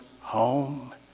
home